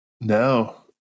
No